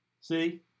See